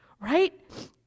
right